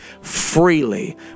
Freely